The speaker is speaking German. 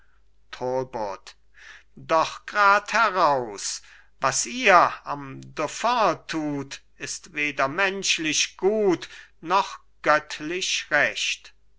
talbot doch gradheraus was ihr am dauphin tut ist weder menschlich gut noch göttlich recht